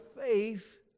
faith